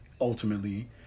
ultimately